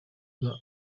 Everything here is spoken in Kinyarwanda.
bwa